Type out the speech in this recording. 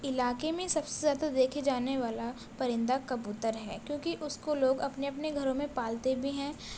علاقے میں سب سے زیادہ دیکھے جانے والا پرندہ کبوتر ہے کیونکہ اس کو لوگ اپنے اپنے گھروں میں پالتے بھی ہیں